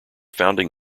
founding